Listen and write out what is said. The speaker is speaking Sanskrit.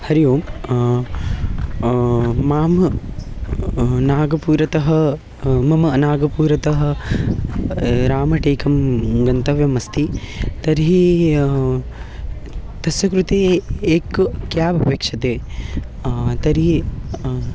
हरिः ओम् मां नागपुरतः मम नागपुरतः रामटेकं गन्तव्यमस्ति तर्हि तस्य कृते एकं क्याब् अपेक्ष्यते तर्हि